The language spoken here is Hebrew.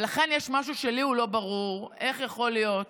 ולכן יש משהו, שלי הוא לא ברור: איך יכול להיות